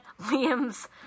Liam's